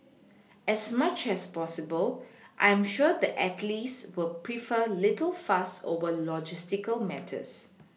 as much as possible I am sure the athletes will prefer little fuss over logistical matters